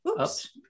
Oops